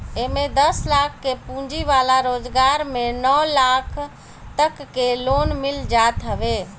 एमे दस लाख के पूंजी वाला रोजगार में नौ लाख तकले लोन मिल जात हवे